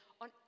on